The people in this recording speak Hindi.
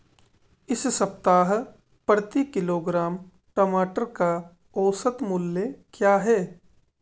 इस सप्ताह प्रति किलोग्राम टमाटर का औसत मूल्य क्या है?